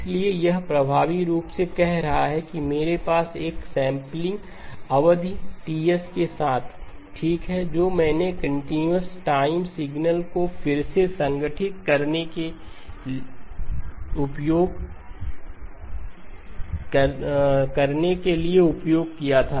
इसलिए यह प्रभावी रूप से कह रहा है कि मेरे पास एक सैंपलिंग अवधि Ts के साथ ठीक है जो मैंने कंटीन्यूअस टाइम सिग्नल को फिर से संगठित करने के लिए उपयोग किया था